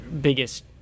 biggest